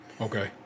Okay